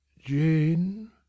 jane